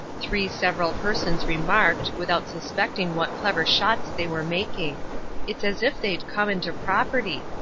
three several persons remarked, without suspecting what clever shots they were making it's as if they'd come into property.